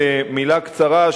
במלה קצרה,